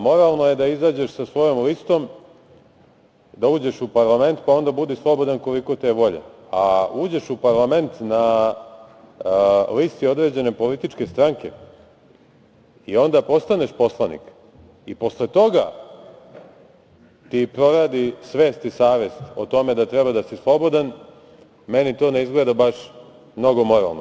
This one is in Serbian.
Moralno je da izađeš sa svojom listom, da uđeš u parlament, pa onda budi slobodan koliko te je volja, a uđeš u parlament na listi određene političke stranke i onda postaneš poslanik i posle toga ti proradi svest i savest o tome da treba da si slobodan, meni to ne izgleda baš mnogo moralno.